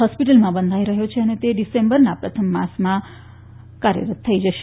હોરેસ્પટલમાં બંધાઈ રહ્યો છે અને તે ડિસેમ્બરના પ્રથમ સપ્તાહમાં કાર્યરત થઈ જશે